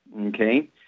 okay